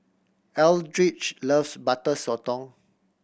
Eldridge loves Butter Sotong